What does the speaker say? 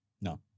No